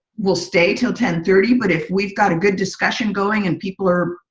we'll stay till ten thirty. but if we've got a good discussion going and people are,